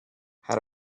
had